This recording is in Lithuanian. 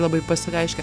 labai pasireiškia